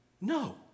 No